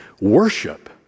Worship